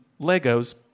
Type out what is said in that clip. Legos